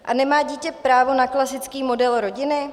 A nemá dítě právo na klasický model rodiny?